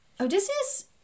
Odysseus